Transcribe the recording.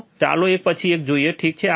તો ચાલો એક પછી એક જોઈએ ઠીક છે